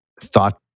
thought